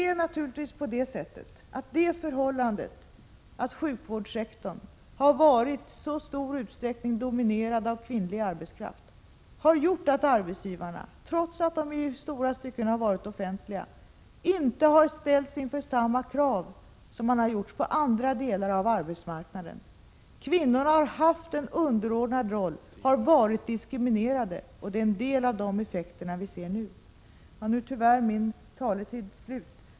Men naturligtvis har det förhållandet att sjukvårdssektorn i så stor utsträckning har varit dominerad av kvinnlig arbetskraft gjort att arbetsgivarna — trots att det i stora stycken har varit fråga om den offentliga sektorns arbetsgivare — inte har ställts inför samma krav som man har blivit utsatt för inom andra delar av arbetsmarknaden. Kvinnorna har haft en underordnad roll, har varit diskriminerade. Det är en del av effekterna härav som vi ser nu. Nu är tyvärr min taletid slut.